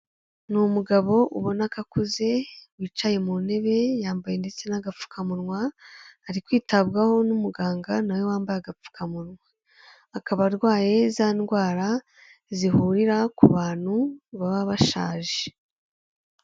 Ni umugabo ubona ko akuze wicaye mu ntebe, yambaye ndetse n'agapfukamunwa, ari kwitabwaho n'umuganga na we wambaye agapfukamunwa, akaba arwaye zandwara zihurira ku bantu baba bashaje.